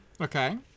Okay